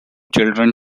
children